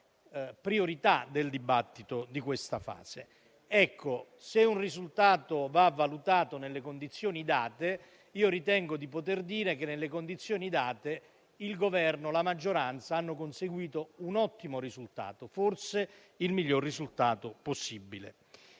priorità del dibattito di questa fase). Ecco, se un risultato va valutato nelle condizioni date, ritengo di poter dire che nelle condizioni date il Governo e la maggioranza hanno conseguito un ottimo risultato, forse il miglior risultato possibile.